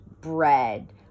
bread